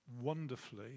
wonderfully